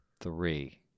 three